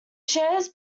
shares